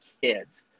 kids